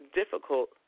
difficult